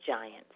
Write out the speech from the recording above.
giants